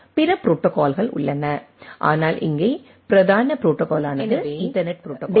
பிற ப்ரோடோகால்கள் உள்ளன ஆனால் இங்கே பிரதான ப்ரோடோகாலானது ஈத்தர்நெட் ப்ரோடோகால் ஆகும்